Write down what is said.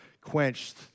quenched